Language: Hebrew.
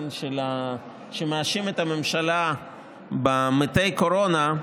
שמאשים את הממשלה במתי הקורונה,